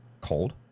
Cold